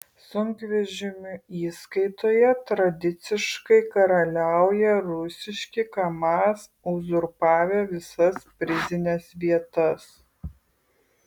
sunkvežimių įskaitoje tradiciškai karaliauja rusiški kamaz uzurpavę visas prizines vietas